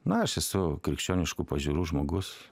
na aš esu krikščioniškų pažiūrų žmogus